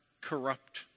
corrupt